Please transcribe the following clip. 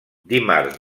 dimarts